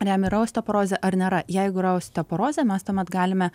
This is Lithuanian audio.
ar jam yra osteoporozė ar nėra jeigu yra osteoporozė mes tuomet galime